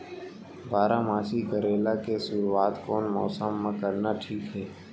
बारामासी करेला के शुरुवात कोन मौसम मा करना ठीक हे?